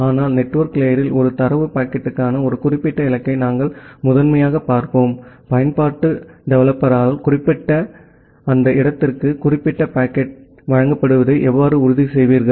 ஆனால் நெட்வொர்க் லேயரில் ஒரு தரவு பாக்கெட்டுக்கான ஒரு குறிப்பிட்ட இலக்கை நாங்கள் முதன்மையாகப் பார்ப்போம் பயன்பாட்டு டெவலப்பரால் குறிப்பிடப்பட்ட அந்த இடத்திற்கு குறிப்பிட்ட பாக்கெட் வழங்கப்படுவதை எவ்வாறு உறுதி செய்வீர்கள்